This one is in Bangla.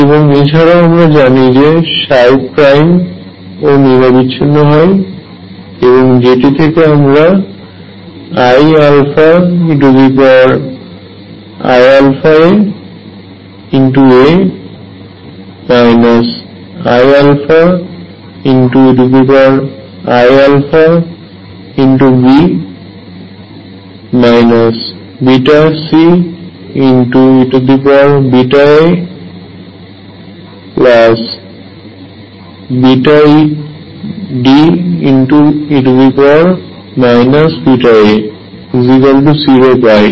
এবং এছাড়াও আমরা জানি যে ψ ও নিরবিচ্ছিন্ন হয় এবং যেটি থেকে আমরা iαeiαaA iαe iαB βCeβaβe βaD0 পাই